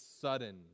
sudden